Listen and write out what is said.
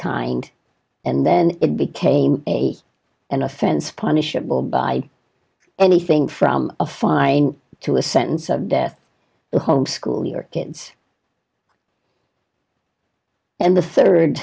kind and then it became an offense punishable by anything from a fine to a sentence of death to home school your kids and the third